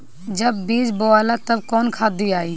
जब बीज बोवाला तब कौन खाद दियाई?